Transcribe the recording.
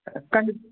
ஆ கண்டிப்